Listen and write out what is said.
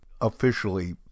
officially